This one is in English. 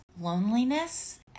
loneliness